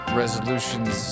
resolutions